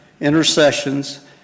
intercessions